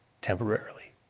temporarily